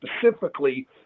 specifically